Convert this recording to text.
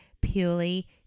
purely